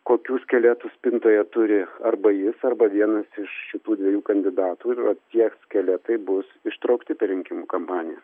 kokių skeletų spintoje turi arba jis arba vienas iš šitų dviejų kandidatų ir va tie skeletai bus ištraukti per rinkimų kampaniją